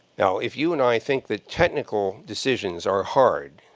now, if you and i think that technical decisions are hard,